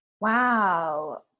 Wow